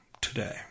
today